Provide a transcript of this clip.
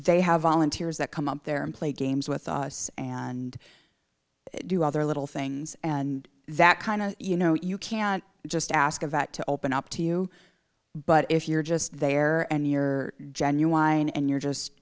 they have volunteers that come up there and play games with us and do other little things and that kind of you know you can't just ask of that to open up to you but if you're just there and you're genuine and you're just